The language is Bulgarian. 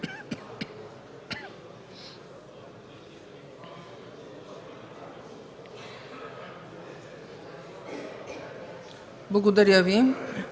Благодаря Ви,